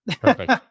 Perfect